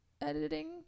editing